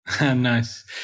Nice